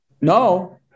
No